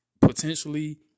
potentially